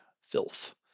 Filth